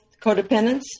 codependence